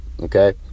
Okay